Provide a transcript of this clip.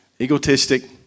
Egotistic